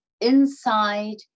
inside